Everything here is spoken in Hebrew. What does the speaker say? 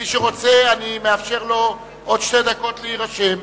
מי שרוצה, אני מאפשר לו עוד שתי דקות להירשם.